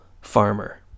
Farmer